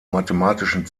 mathematischen